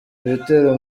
ibitero